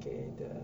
okay the